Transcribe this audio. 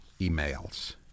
emails